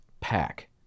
pack